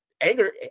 anger